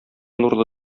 нурлы